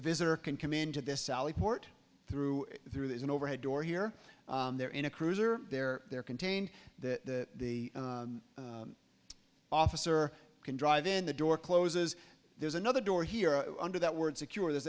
visitor can come into this sally port through through there's an overhead door here they're in a cruiser there they're contained that the officer can drive in the door closes there's another door here under that word secure the